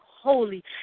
holy